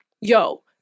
Yo